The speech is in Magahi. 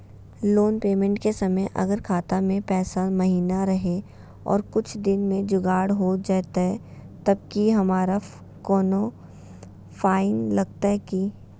लोन पेमेंट के समय अगर खाता में पैसा महिना रहै और कुछ दिन में जुगाड़ हो जयतय तब की हमारा कोनो फाइन लगतय की?